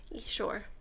Sure